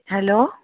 hello